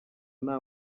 nta